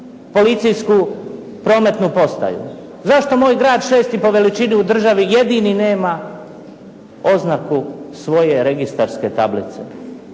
policijsku prometnu postaju? Zašto moj grad šesti po veličini u državi jedini nema oznaku svoje registarske tablicu?